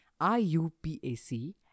IUPAC